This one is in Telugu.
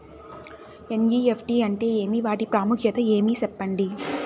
ఎన్.ఇ.ఎఫ్.టి అంటే ఏమి వాటి ప్రాముఖ్యత ఏమి? సెప్పండి?